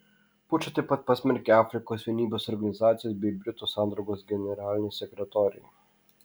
pučą taip pat pasmerkė afrikos vienybės organizacijos bei britų sandraugos generaliniai sekretoriai